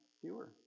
Fewer